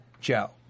Joe